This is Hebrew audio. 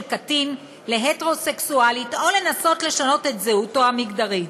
קטין להטרוסקסואלית או לנסות לשנות את זהותו המגדרית.